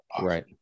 Right